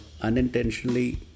unintentionally